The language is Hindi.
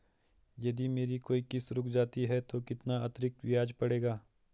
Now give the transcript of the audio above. यदि मेरी कोई किश्त रुक जाती है तो कितना अतरिक्त ब्याज पड़ेगा?